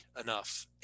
enough